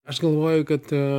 aš galvoju kad